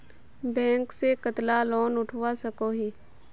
Bank से कतला loan उठवा सकोही?